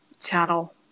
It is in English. channel